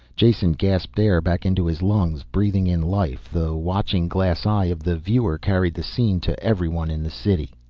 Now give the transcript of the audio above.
jason gasped air back into his lungs, breathing in life. the watching glass eye of the viewer carried the scene to everyone in the city.